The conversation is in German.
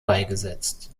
beigesetzt